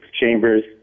Chambers